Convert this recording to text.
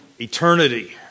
eternity